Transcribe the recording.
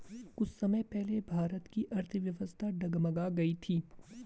कुछ समय पहले भारत की अर्थव्यवस्था डगमगा गयी थी